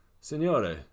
Signore